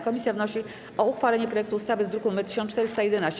Komisja wnosi o uchwalenie projektu ustawy z druku nr 1411.